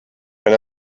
wenn